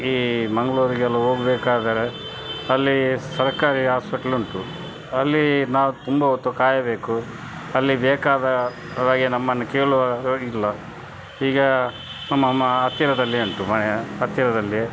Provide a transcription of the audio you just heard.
ಈ ಮಂಗಳೂರಿಗೆಲ್ಲ ಹೋಗ್ಬೇಕಾದರೆ ಅಲ್ಲಿ ಸರಕಾರಿ ಹಾಸ್ಪೆಟ್ಲ್ ಉಂಟು ಅಲ್ಲಿ ನಾವು ತುಂಬ ಹೊತ್ತು ಕಾಯಬೇಕು ಅಲ್ಲಿ ಬೇಕಾದ ಒಳಗೆ ನಮ್ಮನ್ನು ಕೇಳುವವರು ಇಲ್ಲ ಈಗ ನಮ್ಮ ಮ ಹತ್ತಿರದಲ್ಲೇ ಉಂಟು ಮನೆಯ ಹತ್ತಿರದಲ್ಲೇ